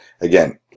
again